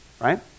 right